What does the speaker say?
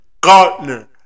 Gartner